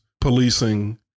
policing